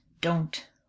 Don't